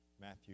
Matthew